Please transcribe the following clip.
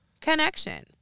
connection